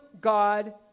God